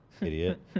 Idiot